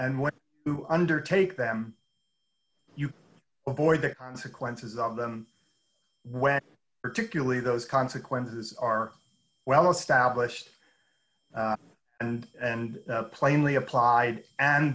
and what you undertake them you avoid the consequences of them when particularly those consequences are well established and and plainly a